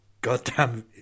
goddamn